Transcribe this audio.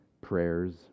prayers